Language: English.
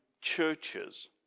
churches